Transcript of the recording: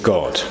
God